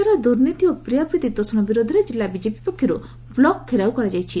ଚାର ଦୁର୍ନୀତି ଓ ପ୍ରିୟାପ୍ରୀତି ତୋଷଣ ବିରୋଧରେ କିଲ୍ଲା ବିଜେପି ପକ୍ଷରୁ ବ୍ଲକ୍ ଘେରାଉ କରାଯାଇଛି